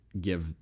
give